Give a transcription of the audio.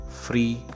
free